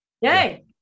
Yay